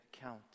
account